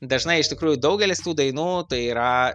dažnai iš tikrųjų daugelis tų dainų tai yra